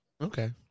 Okay